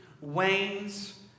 wanes